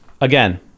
Again